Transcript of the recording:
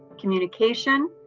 communication,